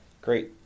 Great